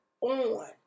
on